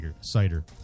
cider